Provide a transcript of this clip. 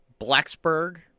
Blacksburg